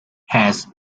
has